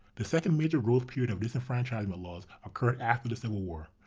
the second major growth period of disenfranchisement laws occurred after the civil war.